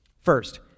First